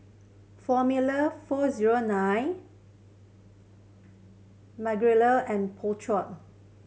Formula Four Zero Nine Magnolia and Po Chai